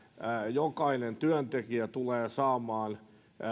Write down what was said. jokainen työntekijä tulee saamaan